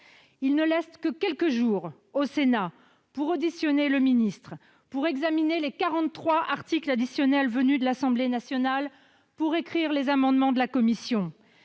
on n'a laissé que quelques jours au Sénat pour auditionner le ministre, examiner les 43 articles additionnels introduits à l'Assemblée nationale et rédiger les amendements de la commission.